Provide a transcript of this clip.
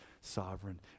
sovereign